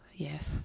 Yes